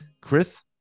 Chris